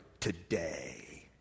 today